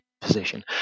position